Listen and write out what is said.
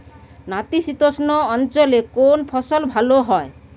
নাতিশীতোষ্ণ অঞ্চলে কোন ফসল ভালো হয়?